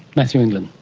matthew england.